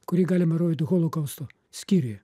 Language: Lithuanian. kurį galima rodyt holokausto skyriuje